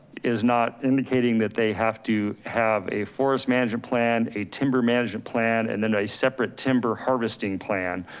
is not indicating that they have to have a forest management plan, a timber management plan, and then a separate timber harvesting plan.